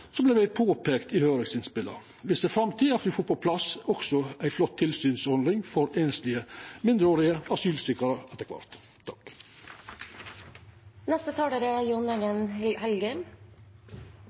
det vert påpeikt i høyringsinnspela. Me ser fram til at me også får på plass ei flott tilsynsordning for einslege mindreårige asylsøkjarar etter kvart. Fremskrittspartiet støtter denne saken. Vi mener det er